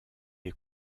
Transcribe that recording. les